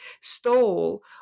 stole